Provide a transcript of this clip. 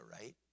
right